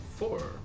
Four